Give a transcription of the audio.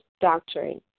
doctrine